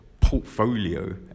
portfolio